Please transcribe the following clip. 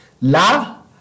La